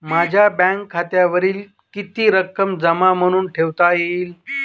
माझ्या बँक खात्यावर किती रक्कम जमा म्हणून ठेवता येईल?